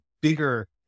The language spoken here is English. bigger